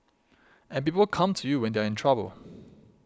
and people come to you when they are in trouble